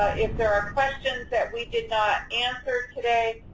ah if there are questions that we did not answer today,